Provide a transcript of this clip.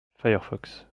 firefox